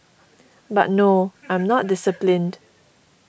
but no I'm not disciplined